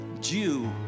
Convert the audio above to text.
Jew